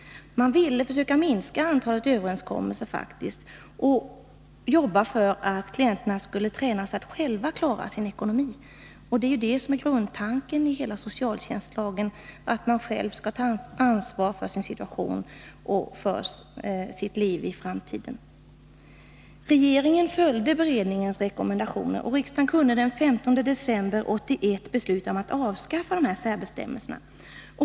De ville försöka minska antalet överenskommelser och arbeta för att klier.terna skulle tränas att själva klara sin ekonomi. Det är ju det som är grundtanken i hela socialtjänstlagen — att man själv skall ta ansvar för sin situation och för sitt liv i framtiden. Regeringen följde beredningens rekommendationer, och riksdagen kunde den 15 december 1981 besluta om att avskaffa dessa särbestämmelser.